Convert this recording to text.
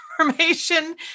information